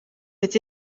het